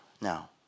now